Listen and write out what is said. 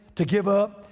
to give up.